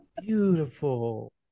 Beautiful